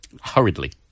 Hurriedly